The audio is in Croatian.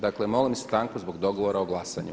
Dakle, molim stanku zbog dogovora o glasanju.